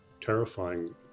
terrifying